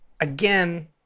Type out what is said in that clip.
Again